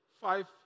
Five